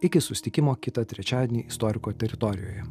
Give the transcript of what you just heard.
iki susitikimo kitą trečiadienį istoriko teritorijoje